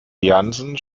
jansen